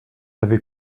avez